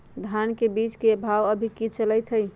धान के बीज के भाव अभी की चलतई हई?